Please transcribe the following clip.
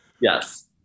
Yes